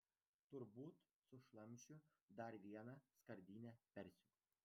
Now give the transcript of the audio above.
turbūt sušlamšiu dar vieną skardinę persikų